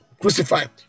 crucified